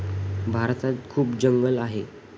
भारतात खूप जंगलं आहेत